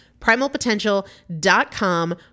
Primalpotential.com